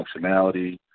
functionality